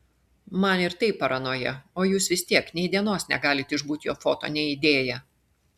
man ir taip paranoja o jūs vis tiek nei dienos negalit išbūt jo foto neįdėję